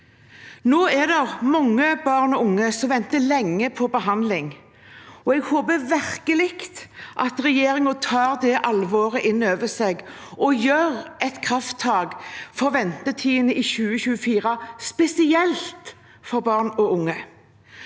Nå er det mange barn og unge som venter lenge på behandling. Jeg håper virkelig at regjeringen tar det alvoret inn over seg og gjør et krafttak for ventetidene i 2024, spesielt for barn og unge.